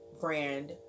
brand